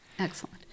Excellent